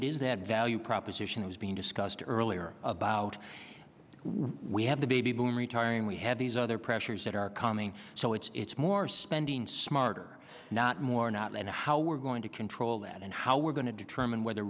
it is that value proposition has been discussed earlier about we have the baby boom retiring we have these other pressures that are coming so it's it's more spending smarter not more not and how we're going to control that and how we're going to determine whether